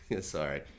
Sorry